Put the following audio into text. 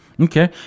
Okay